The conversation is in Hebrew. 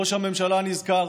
ראש הממשלה נזכר,